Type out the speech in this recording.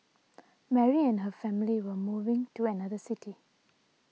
Mary and her family were moving to another city